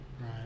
right